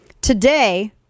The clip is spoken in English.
today